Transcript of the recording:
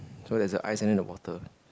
so there's a ice and then the water